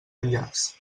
enllaç